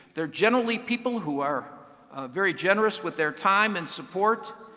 they're generally people who are very generous with their time and support,